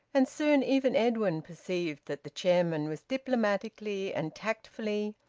and soon even edwin perceived that the chairman was diplomatically and tactfully,